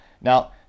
now